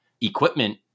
equipment